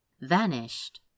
vanished